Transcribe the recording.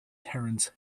terence